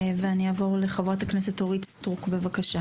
ואני אעבור לחברת הכנסת אורית סטרוק, בבקשה.